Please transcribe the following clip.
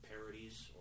parodies